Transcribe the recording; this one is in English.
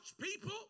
people